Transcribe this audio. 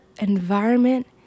environment